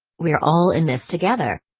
we're all in this together.